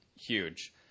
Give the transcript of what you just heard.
huge